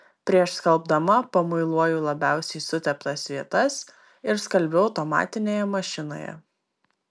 prieš skalbdama pamuiluoju labiausiai suteptas vietas ir skalbiu automatinėje mašinoje